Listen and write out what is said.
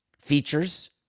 features